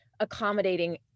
accommodating